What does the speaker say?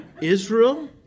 Israel